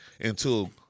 until-